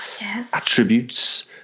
attributes